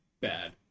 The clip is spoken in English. Bad